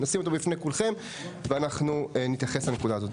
נשים אותו בפני כולכם ונתייחס לנקודה הזו.